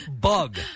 bug